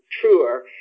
truer